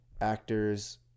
actors